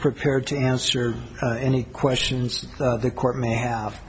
prepared to answer any questions the court may have